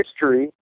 history